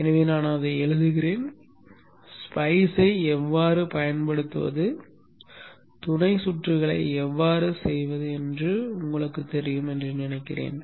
எனவே நான் இதை எழுதுகிறேன் spiceஐ எவ்வாறு பயன்படுத்துவது துணை சுற்றுகளை எவ்வாறு செய்வது என்று உங்களுக்குத் தெரியும் என்று நினைக்கிறேன்